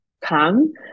come